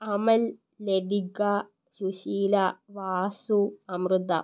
Amal Lathika Susheela Vasu Amrita